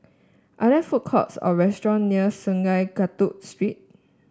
are there food courts or restaurant near Sungei Kadut Street